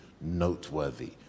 noteworthy